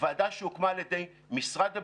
ועדה שהוקמה על ידי משרד הבריאות,